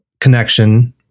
connection